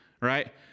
right